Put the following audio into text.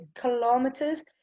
kilometers